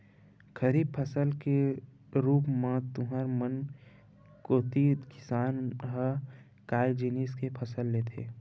खरीफ फसल के रुप म तुँहर मन कोती किसान मन ह काय जिनिस के फसल लेथे?